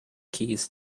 keys